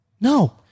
No